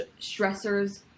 stressors